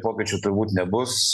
pokyčių turbūt nebus